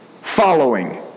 following